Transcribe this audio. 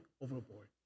overboard